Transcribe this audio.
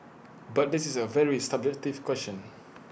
but this is A very subjective question